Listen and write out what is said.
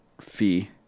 fee